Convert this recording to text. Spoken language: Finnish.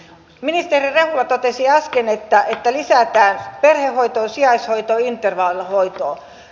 ministeri rehula totesi äsken että lisätään perhehoitoa sijaishoitoa ja intervallihoitoa